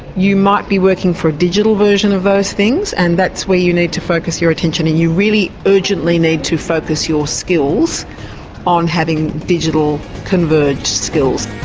you might be working for a digital version of those things and that's where you need to focus your attention. and you really urgently need to focus your skills on having digital converged skills.